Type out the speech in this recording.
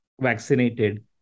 vaccinated